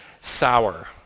sour